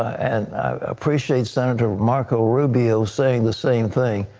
and appreciate senator marco rubio saying the same thing.